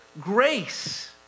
grace